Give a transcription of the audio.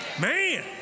Man